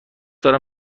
دارم